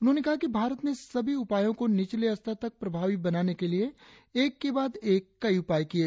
उन्होंने कहा कि भारत ने सभी उपायों को निचले स्तर तक प्रभावी बनाने के लिए एक के बाद एक कई उपाय किये